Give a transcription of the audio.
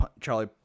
Charlie